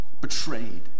betrayed